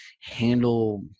handle